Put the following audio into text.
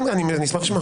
כן, אני אשמח לשמוע.